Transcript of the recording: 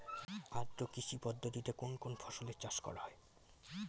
আদ্র কৃষি পদ্ধতিতে কোন কোন ফসলের চাষ করা হয়?